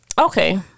okay